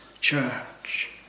church